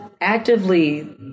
actively